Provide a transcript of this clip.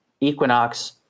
equinox